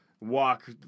Walk